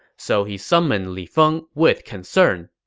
so he summoned li feng with concern.